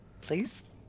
please